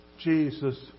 Jesus